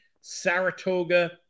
Saratoga